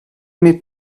need